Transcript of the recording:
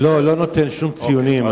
אני לא נותן שום ציונים,